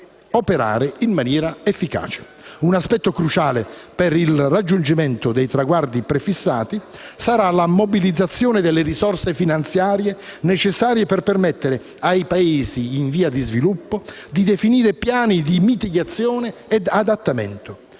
operare in maniera efficace. Un aspetto cruciale per il raggiungimento dei traguardi prefissati sarà la mobilitazione delle risorse finanziarie necessarie per permettere ai Paesi in via di sviluppo di definire piani di mitigazione e adattamento,